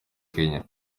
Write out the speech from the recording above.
kenya